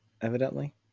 evidently